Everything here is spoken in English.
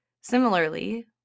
Similarly